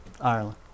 ireland